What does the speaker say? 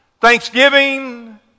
thanksgiving